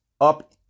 up